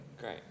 Great